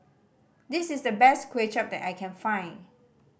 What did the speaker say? this is the best Kuay Chap that I can find